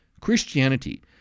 Christianity